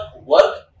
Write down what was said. work